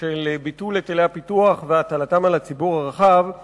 של ביטול היטלי הפיתוח והטלתם על הציבור הרחב אני